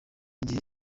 igihe